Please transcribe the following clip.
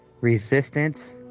resistance